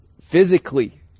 Physically